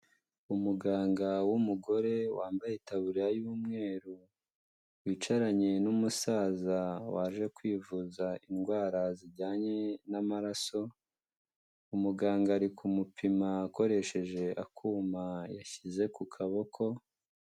Umuganga w'umugore wambaye itaburiya y'umweru wicaranye n'umusaza waje kwivuza indwara zijyanye n'amaraso, umuganga ari kumupima akoresheje akuma yashyize ku kaboko.